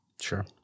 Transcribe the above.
Sure